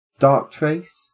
Darktrace